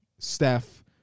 Steph